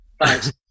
Thanks